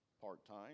part-time